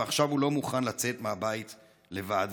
עכשיו הוא לא מוכן לצאת מהבית לבד.